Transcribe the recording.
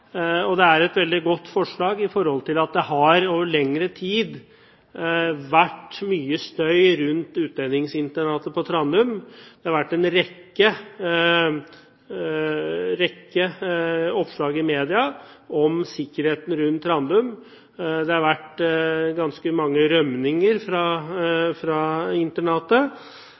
forslaget. Det er et veldig godt forslag, for det har over lengre tid vært mye støy rundt utlendingsinternatet på Trandum. Det har vært en rekke oppslag i media om sikkerheten rundt Trandum. Det har vært ganske mange rømninger fra internatet.